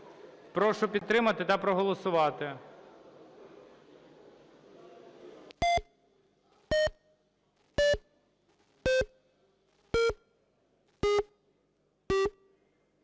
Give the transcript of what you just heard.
Прошу підтримати та проголосувати.